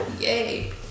Yay